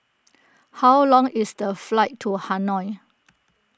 how long is the flight to Hanoi